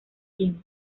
jim